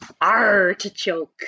Artichoke